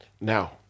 Now